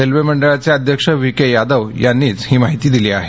railway मंडळाचे अध्यक्ष V K Yadav यांनीच ही माहिती दिली आहे